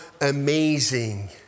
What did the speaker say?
amazing